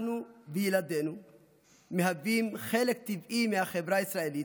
אנחנו וילדינו מהווים חלק טבעי מהחברה הישראלית,